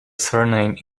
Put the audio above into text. surname